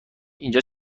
اینجا